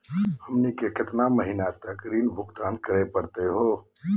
हमनी के केतना महीनों तक ऋण भुगतान करेला परही हो?